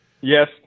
Yes